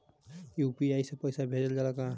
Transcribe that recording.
UPI से पईसा भेजल जाला का?